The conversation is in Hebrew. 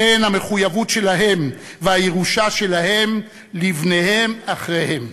הן המחויבות שלהם והירושה שלהם לבניהם אחריהם.